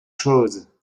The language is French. chose